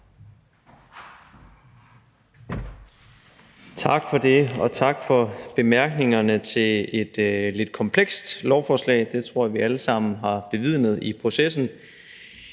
Tak for det, og tak for bemærkningerne til et lidt komplekst lovforslag. Det tror jeg vi alle sammen har bevidnet i processen